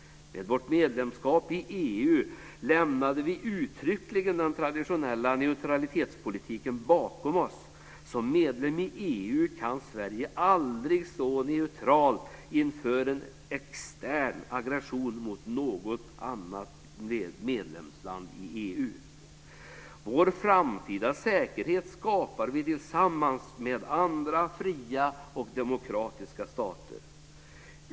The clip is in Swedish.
Med vårt medlemskap i EU lämnade vi uttryckligen den traditionella neutralitetspolitiken bakom oss. Som medlem i EU kan Sverige aldrig stå neutralt inför en extern aggression mot något annat medlemsland i EU. Vår framtida säkerhet skapar vi tillsammans med andra fria och demokratiska stater.